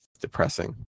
Depressing